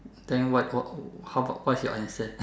then what what how about what is your answer